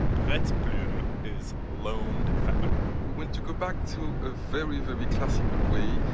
prete-plume is loaned feather we want to go back to a very, very classical way,